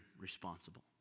responsible